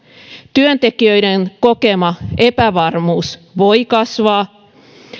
työntekijöiden kokema epävarmuus voi kasvaa